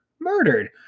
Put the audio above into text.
murdered